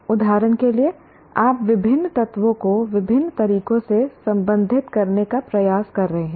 उदाहरण के लिए आप विभिन्न तत्वों को विभिन्न तरीकों से संबंधित करने का प्रयास कर रहे हैं